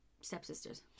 stepsisters